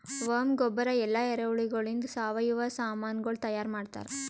worm ಗೊಬ್ಬರ ಇಲ್ಲಾ ಎರೆಹುಳಗೊಳಿಂದ್ ಸಾವಯವ ಸಾಮನಗೊಳ್ ತೈಯಾರ್ ಮಾಡ್ತಾರ್